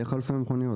איך אלפי מכוניות?